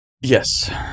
Yes